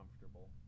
comfortable